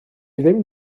ddim